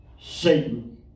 Satan